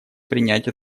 принять